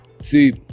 see